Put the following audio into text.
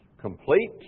complete